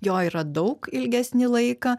jo yra daug ilgesnį laiką